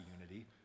unity